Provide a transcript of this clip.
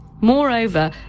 Moreover